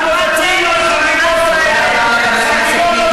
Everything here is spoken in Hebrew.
אני מבקשת לסיים.